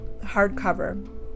hardcover